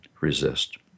resist